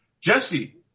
Jesse